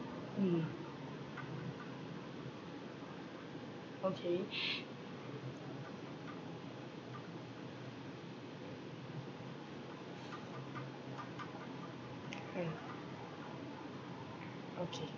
mm okay um okay